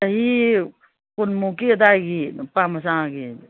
ꯆꯍꯤ ꯀꯨꯟꯃꯨꯛꯀꯤ ꯑꯗꯥꯏꯒꯤ ꯅꯨꯄꯥ ꯃꯆꯥꯒꯤ